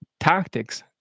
tactics